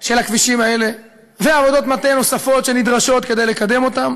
של הכבישים האלה ועבודות מטה נוספות שנדרשות כדי לקדם אותה,